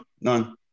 None